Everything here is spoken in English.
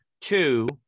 Two